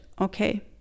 okay